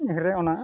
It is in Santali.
ᱨᱮ ᱚᱱᱟ